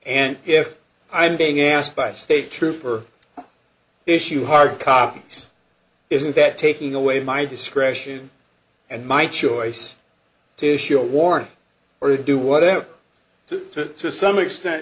and if i'm being asked by state trooper issue hard copies isn't that taking away my discretion and my choice to issue a warrant or do whatever to some extent